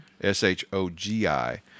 S-H-O-G-I